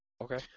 Okay